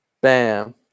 bam